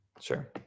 Sure